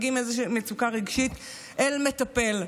מגיעים עם מצוקה רגשית אל מטפל,